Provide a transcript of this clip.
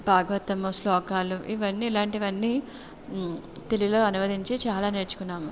భాగవతము శ్లోకాలు ఇవన్నీ ఇలాంటివన్నీ తెలుగులో అనువదించి చాలా నేర్చుకున్నాము